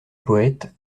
poète